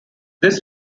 this